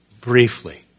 Briefly